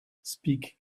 speak